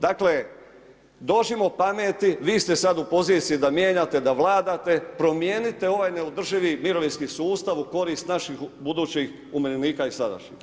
Dakle, dođimo pameti, vi ste sada u poziciji da mijenjate, da vladate, promijenite ovaj neodrživi mirovinski sustav u korist naših budućih umirovljenika i sadašnjih.